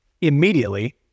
Immediately